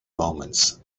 moments